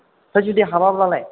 आमफ्राय जुदि हाबाब्लालाय